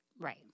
Right